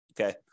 okay